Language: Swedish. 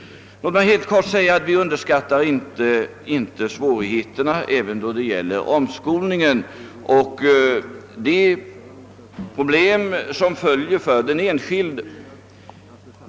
Låt mig helt kort säga att vi inte underskattar svårigheterna när det gäller omskolning och de problem som följer därav för den enskilde.